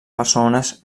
persones